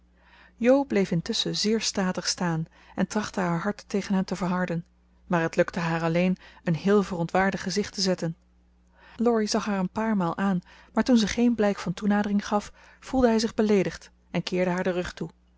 bleef intusschen zeer statig staan en trachtte haar hart tegen hem te verharden maar het lukte haar alleen een heel verontwaardigd gezicht te zetten laurie zag haar een paar maal aan maar toen ze geen blijk van toenadering gaf voelde hij zich beleedigd en keerde haar den rug toe